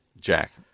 Jack